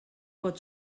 pot